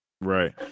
right